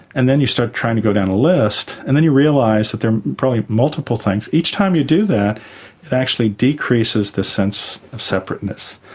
and then you start trying to go down a list, and then you realise that there are probably multiple things. each time you do that it actually decreases the sense of separateness.